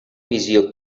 visió